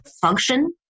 function